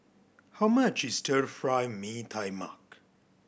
how much is Stir Fry Mee Tai Mak